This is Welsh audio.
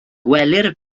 gwelir